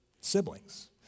siblings